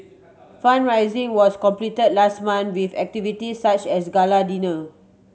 fund raising was completed last month with activities such as gala dinner